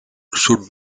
should